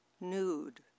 nude